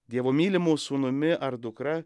dievo mylimu sūnumi ar dukra